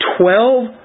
twelve